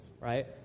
right